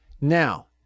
Now